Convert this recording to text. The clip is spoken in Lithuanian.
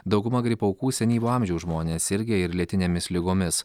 dauguma gripo aukų senyvo amžiaus žmonės sirgę ir lėtinėmis ligomis